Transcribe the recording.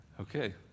okay